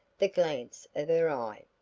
the glance of her eye,